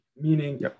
Meaning